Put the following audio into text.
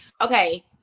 Okay